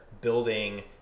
building